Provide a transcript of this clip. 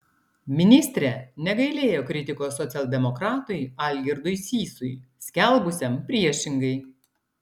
ministrė negailėjo kritikos socialdemokratui algirdui sysui skelbusiam priešingai